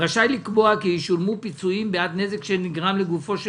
רשאי לקבוע כי ישולמו פיצויים בעד נזק שנגרם לגופו של